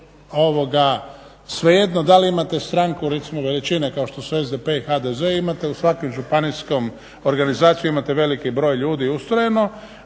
svejedno da li imate stranku recimo veličine kao što su SDP i HDZ imate u svakom županijskom organizaciju imate veliki broj ljudi ustrojeno.